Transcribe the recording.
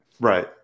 right